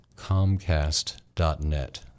Comcast.net